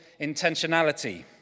intentionality